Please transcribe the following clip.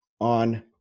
on